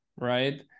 right